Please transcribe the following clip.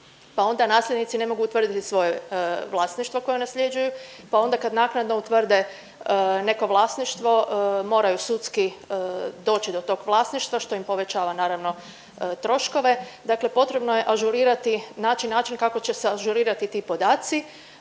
pa onda nasljednici ne mogu utvrditi svoje vlasništvo koje nasljeđuju, pa onda kad naknadno utvrde neko vlasništvo moraju sudski doći do tog vlasništva što im povećava naravno troškove. Dakle, potrebno je ažurirati naći način kako će se ažurirati ti podaci